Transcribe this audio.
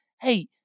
hey